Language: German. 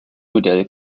modell